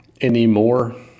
anymore